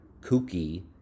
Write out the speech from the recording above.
kooky